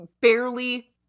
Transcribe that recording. Barely